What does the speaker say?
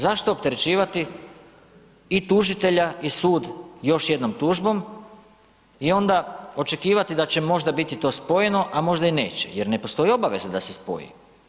Zašto opterećivati i tužitelja i sud još jednom tužbom i onda očekivati da će možda biti to spojeno a možda i neće jer ne postoji obaveza da se spoji?